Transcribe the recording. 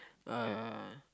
uh